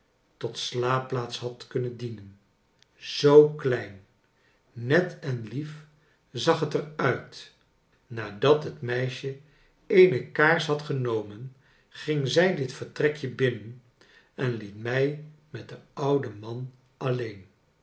tot slaapplaats had kunnen dienen zoo klein net en lief zag het er uit nadat het meisje eene kaars had genomen ging zij dit vertrekje binnen en liet mij met den ouden man alleen